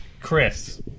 chris